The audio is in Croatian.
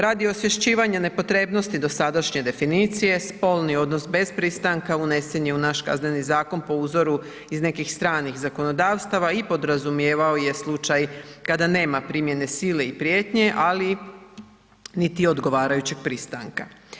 Radi osvješćivanja nepotrebnosti dosadašnje definicije spolni odnos bez pristanka unesen je u naš Kazneni zakon po uzoru iz nekih stranih zakonodavstava i podrazumijevao je slučaj kada nema primjene sile i prijetnje, ali niti odgovarajućeg pristanka.